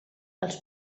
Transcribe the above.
els